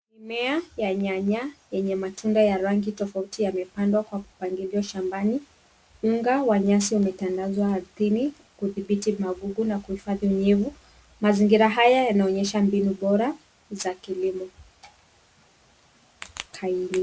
Mamia ya nyanya yenye matunda ya rangi tofauti yamepandwa kwa kupangilia shambani, unga wa nyasi umetandazwa ardhini kudhibiti magugu na kihifadhi unyevu, Mazingira haya yanaonyesha mbinu bora za kilimo.